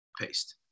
Paste